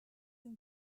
and